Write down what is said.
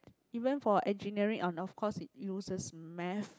even for engineering on of course it uses math